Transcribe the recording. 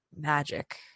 magic